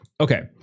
Okay